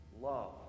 Love